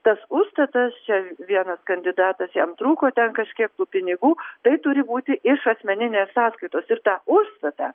tas užstatas čia vienas kandidatas jam trūko ten kažkiek tų pinigų tai turi būti iš asmeninės sąskaitos ir tą užstatą